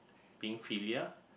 being filial